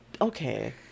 okay